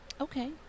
Okay